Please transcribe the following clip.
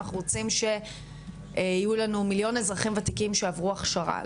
אנחנו רוצים שיהיו לנו מיליון אזרחים וותיקים שעברו הכשרה.